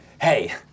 hey